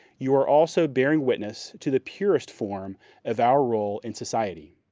you are also bearing witness to the purest form of our role in society.